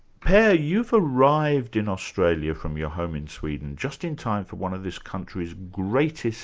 per, you've arrived in australia from your home in sweden, just in time for one of this country's greatest-ever